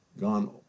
gone